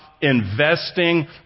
investing